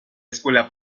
escuela